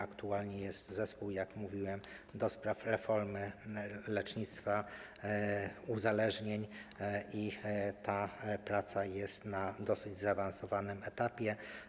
Aktualnie jest zespół, jak mówiłem, do spraw reformy lecznictwa uzależnień i ta praca jest na dosyć zaawansowanym etapie.